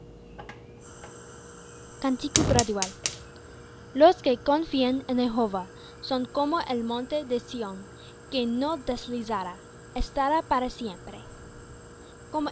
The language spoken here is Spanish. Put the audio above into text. tierra cántico gradual los que confían en jehová son como el monte de sión que no deslizará estará para siempre